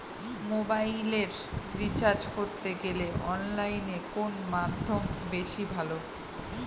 মোবাইলের রিচার্জ করতে গেলে অনলাইনে কোন মাধ্যম বেশি ভালো?